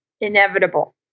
inevitable